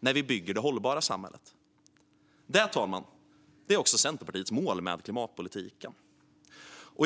när vi bygger det hållbara samhället. Detta, fru talman, är Centerpartiets mål med klimatpolitiken. Fru talman!